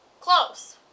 Close